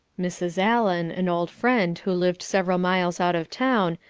mrs. allan, an old friend who lived several miles out of town,